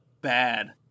bad